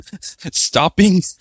stopping